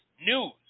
News